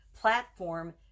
platform